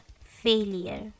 failure